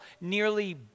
nearly